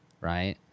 right